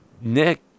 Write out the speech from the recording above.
Nick